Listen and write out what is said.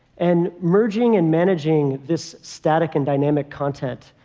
and merging and managing this static and dynamic content,